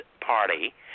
party